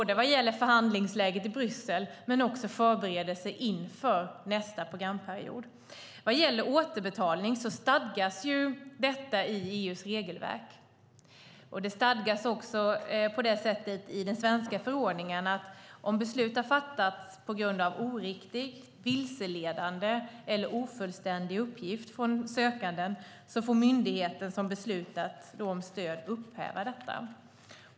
Det gäller både förhandlingsläget i Bryssel och förberedelser inför nästa programperiod. Vad gäller återbetalningen stadgas den i EU:s regelverk. Det stadgas också i den svenska förordningen att om beslut har fattats på grund av oriktig, vilseledande eller ofullständig uppgift från sökanden får myndigheten som beslutat om stöd upphäva detta.